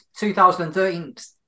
2013